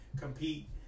compete